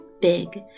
big